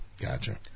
Gotcha